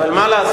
אבל מה לעשות?